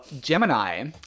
Gemini